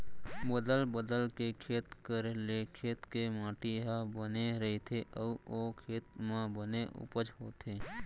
बदल बदल के खेत करे ले खेत के माटी ह बने रइथे अउ ओ खेत म बने उपज होथे